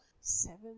seven